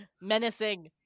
Menacing